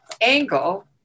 angle